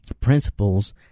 principles